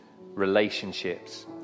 relationships